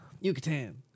Yucatan